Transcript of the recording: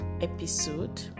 episode